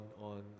on